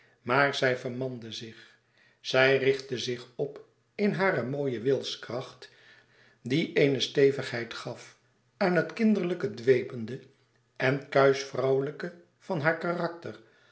maar zij vermande zich zij richtte zich op in hare mooie wilskracht die eene stevigheid gaf aan het kinderlijke dwepende en kuisch vrouwelijke van haar karakter